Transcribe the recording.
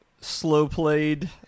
slow-played